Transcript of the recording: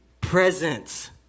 presence